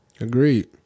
Agreed